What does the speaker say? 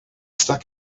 stuck